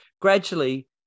gradually